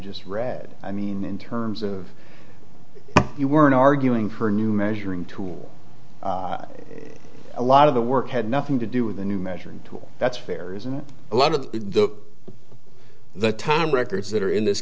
just read i mean in terms of you weren't arguing her new measuring tool a lot of the work had nothing to do with a new measuring tool that's fair isn't a lot of the the time records that are in this